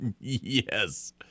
Yes